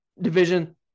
division